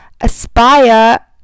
aspire